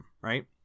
right